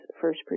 first